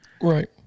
Right